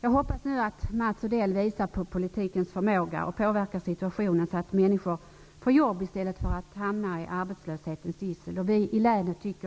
Jag hoppas nu att Mats Odell visar på politikens förmåga och påverkar situationen så att människor får jobb i stället för att hamna i arbetslöshetens gissel.